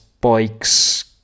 bikes